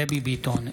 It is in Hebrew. דבי ביטון,